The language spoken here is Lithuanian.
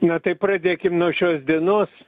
na tai pradėkim nuo šios dienos